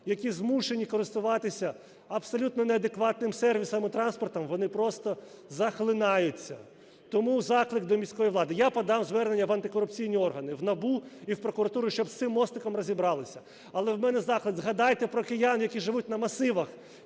які змушені користуватися абсолютно неадекватним сервісом і транспортом, вони просто захлинаються. Тому заклик до міської влади. Я подам звернення в антикорупційні органи: в НАБУ і в прокуратуру, - щоб з цим мостиком розібралися. Але в мене заклик: згадайте про киян, які живуть на масивах,